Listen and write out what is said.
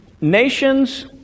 Nations